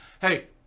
Hey